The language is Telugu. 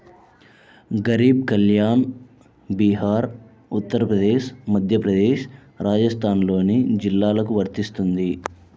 గరీబ్ కళ్యాణ్ బీహార్, ఉత్తరప్రదేశ్, మధ్యప్రదేశ్, రాజస్థాన్లోని జిల్లాలకు వర్తిస్తుంది